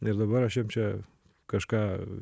ir dabar aš jiem čia kažką